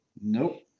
Nope